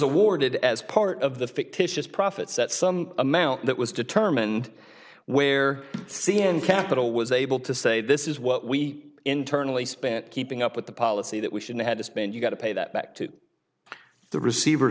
awarded as part of the fictitious profits that some amount that was determined where c n n capital was able to say this is what we internally spent keeping up with the policy that we shouldn't have to spend you've got to pay that back to the receiver